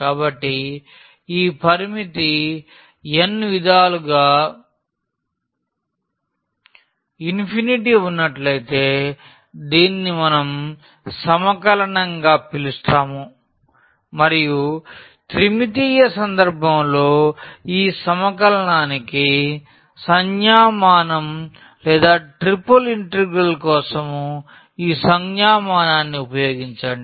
కాబట్టి ఈ పరిమితి n విధానాలుగా ఉన్నట్లయితే దీనిని మనం సమకలనంగా పిలుస్తాము మరియు త్రిమితీయ సందర్భంలో ఈ సమకలనానికి సంజ్ఞామానం లేదా ట్రిపుల్ ఇంటిగ్రల్ కోసం ఈ సంజ్ఞామానాన్ని ఉపయోగించండి